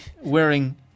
wearing